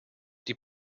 die